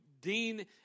Dean